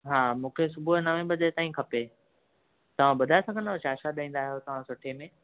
हा मूंखे सुबुह जो नवें बजे ताईं खपे तव्हां ॿुधाए सघंदा आहियो छा छा ॾींदा आहियो तव्हां रोटीअ में